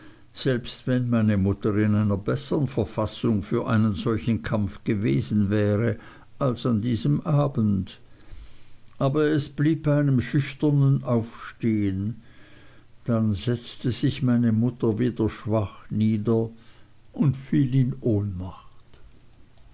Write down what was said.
selbst wenn meine mutter in einer bessern verfassung für einen solchen kampf gewesen wäre als an diesem abend aber es blieb bei einem schüchternen aufstehen dann setzte sich meine mutter wieder schwach nieder und fiel in ohnmacht